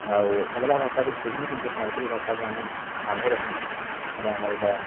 ଆଉ ଅଲଗା ଭାଷା ବିଲ୍ ଶିଖ୍ମୁଁ କିନ୍ତୁ ସମ୍ବଲପୁରୀ ଭାଷା କେ ଆମେ ଆଘ ରଖ୍ମୁଁ କାଁ ହେଲେ ଆମର୍ ଏଟା